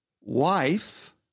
Wife